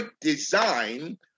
design